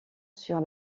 sur